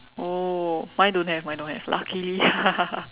oh mine don't have mine don't have luckily ya